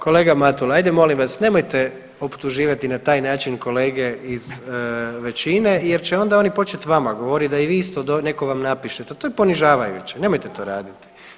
Kolega Matula ajde molim vas nemojte optuživati na taj način kolege iz većine jer će oni počet vama govorit da i vi isto neko vam napiše, to je ponižavajuće, nemojte to raditi.